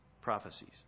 prophecies